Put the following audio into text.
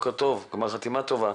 בוקר טוב, גמר חתימה טובה.